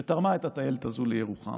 שתרמה את הטיילת הזאת לירוחם.